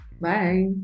Bye